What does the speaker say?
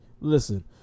Listen